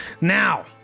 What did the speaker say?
Now